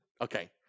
Okay